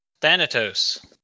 Thanatos